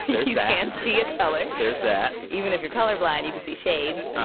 you can see a color there's that even if you're colorblind, you can see shades.